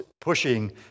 pushing